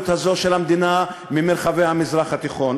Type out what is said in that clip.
הזאת של המדינה ממרחבי המזרח התיכון.